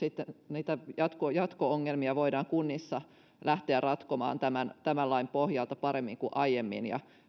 niitä jatko jatko ongelmia voidaan kunnissa lähteä ratkomaan tämän tämän lain pohjalta paremmin kuin aiemmin ja